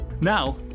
Now